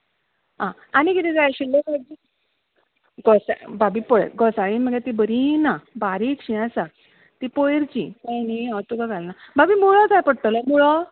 आं आनी कितें जाय आशिल्लें भाभी घोसा भाभी पळय घोसाळीं मगे तीं बरीं ना बारीक आसा तीं पयरचीं तें न्हय हांव तुका घालना भाभी मुळो जाय पडटलो मुळो